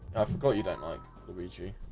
i forgot you don't like